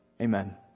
amen